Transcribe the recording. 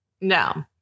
no